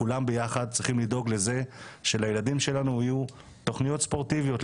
כולם ביחד צריכים לדאוג לזה שלילדים שלנו יהיו תוכניות ספורטיביות.